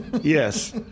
yes